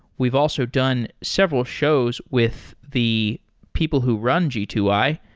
we've also done several shows with the people who run g two i,